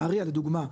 נהריה לדוגמה,